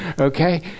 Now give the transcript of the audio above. Okay